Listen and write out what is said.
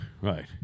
Right